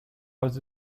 was